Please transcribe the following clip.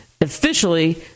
Officially